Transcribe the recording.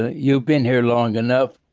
ah you've been here long enough.